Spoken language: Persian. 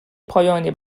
پایانی